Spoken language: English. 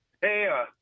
Hey